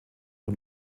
een